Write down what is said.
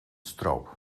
stroop